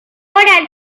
oral